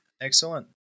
Excellent